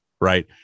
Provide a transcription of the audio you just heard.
Right